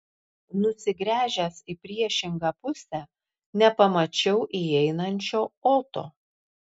nusigręžęs į priešingą pusę nepamačiau įeinančio oto